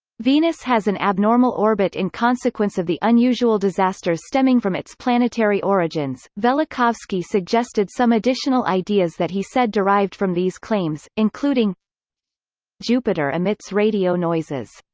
venus has an abnormal orbit in consequence of the unusual disasters stemming from its planetary origins velikovsky suggested some additional ideas that he said derived from these claims, including jupiter emits radio noises.